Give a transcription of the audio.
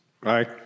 right